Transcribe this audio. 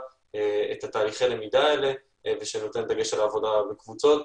את תהליכי הלמידה האלה ושנותנת דגש על עבודה בקבוצות,